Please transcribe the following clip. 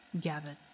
Gavin